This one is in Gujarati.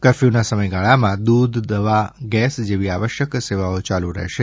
કરફ્યૂના સમયગાળામાં દૂધ દવા ગેસ જેવી આવશ્યક સેવાઓ ચાલુ રહેશે